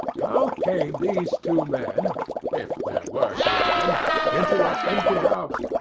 how came these two men if there were two men into an empty house?